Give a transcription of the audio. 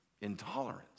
intolerance